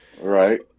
Right